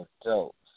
adults